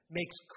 makes